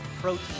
protein